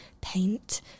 paint